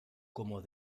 como